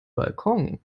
balkon